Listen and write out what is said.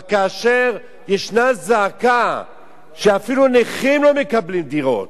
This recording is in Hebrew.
אבל כאשר יש זעקה שאפילו נכים לא מקבלים דירות,